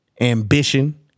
ambition